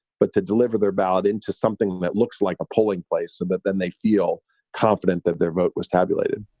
but to deliver their ballot into something that looks like a polling place. so ah but then they feel confident that their vote was tabulated